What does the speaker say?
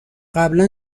قبلا